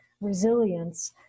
resilience